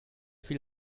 viel